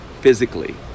physically